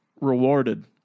rewarded